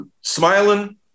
smiling